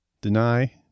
deny